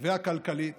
והכלכלית